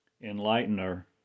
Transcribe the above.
enlightener